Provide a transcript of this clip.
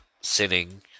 sinning